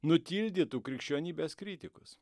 nutildytų krikščionybės kritikus